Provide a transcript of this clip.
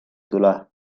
tule